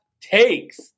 takes